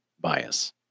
bias